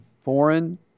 foreign